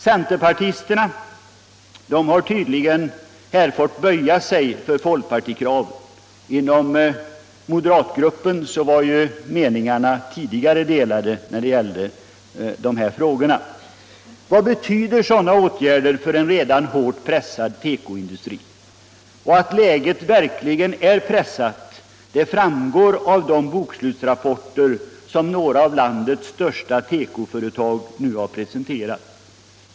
Centerpartisterna har tydligen fått böja sig för folkpartikraven. Inom moderatgruppen var meningarna även tidigare delade i de här frågorna. Vad betyder sådana åtgärder för en redan hårt pressad tekoindustri? Att läget verkligen är pressat framgår av de bokslutsrapporter som några av landets största tekoföretag nu presenterat.